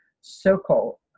circle